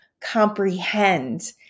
comprehend